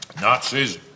Nazis